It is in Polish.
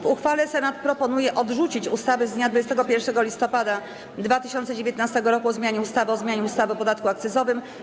W uchwale Senat proponuje odrzucić ustawę z dnia 21 listopada 2019 r. o zmianie ustawy o zmianie ustawy o podatku akcyzowym.